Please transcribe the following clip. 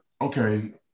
okay